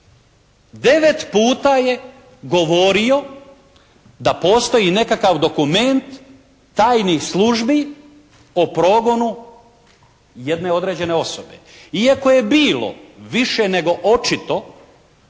9 puta je govorio da postoji nekakav dokument tajnih službi o progonu jedne određene osobe, iako je bilo više nego očito